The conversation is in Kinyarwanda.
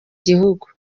gihugu